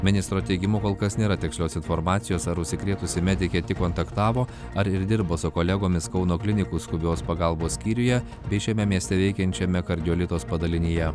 ministro teigimu kol kas nėra tikslios informacijos ar užsikrėtusi medikė kontaktavo ar ir dirbo su kolegomis kauno klinikų skubios pagalbos skyriuje bei šiame mieste veikiančiame kardiolitos padalinyje